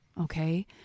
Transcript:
Okay